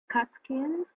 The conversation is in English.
catkins